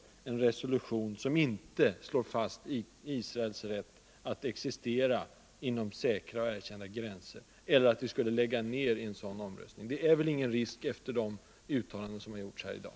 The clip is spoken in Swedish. läget i en resolution, som inte slår fast Israels rätt att existera inom säkra och Mellersta Östern, erkända gränser, eller att Sverige lägger ned sin röst i en sådan omröstning. — m.m. Det är väl ingen risk för det, efter de uttalanden som gjorts här i dag?